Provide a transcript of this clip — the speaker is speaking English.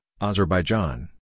Azerbaijan